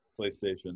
PlayStation